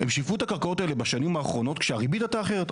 הם שיווקו את הקרקעות האלה בשנים האחרונות כשהריבית הייתה אחרת.